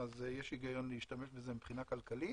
אז יש היגיון להשתמש בזה מבחינה כלכלית,